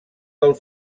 del